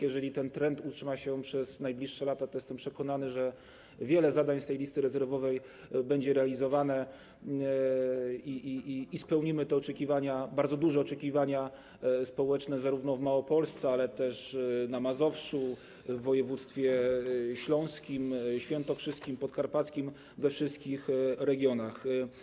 Jeżeli ten trend utrzyma się przez najbliższe lata, to, jestem przekonany, wiele zadań z tej listy rezerwowej będzie realizowanych i spełnimy te oczekiwania, bardzo duże oczekiwania społeczne zarówno w Małopolsce, jak i na Mazowszu, w województwach: śląskim, świętokrzyskim, podkarpackim, we wszystkich regionach.